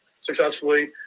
successfully